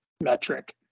metric